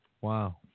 Wow